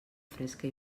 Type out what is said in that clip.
fresca